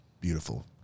beautiful